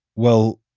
well,